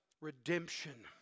redemption